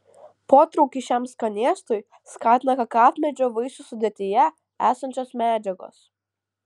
potraukį šiam skanėstui skatina kakavmedžio vaisių sudėtyje esančios medžiagos